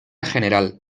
general